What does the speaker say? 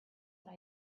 what